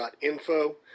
Info